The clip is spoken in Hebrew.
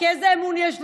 כי איזה אמון יש לו?